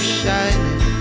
shining